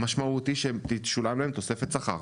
המשמעות היא שתשולם להם תוספת שכר.